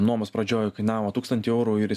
nuomos pradžioj kainavo tūkstantį eurų ir jis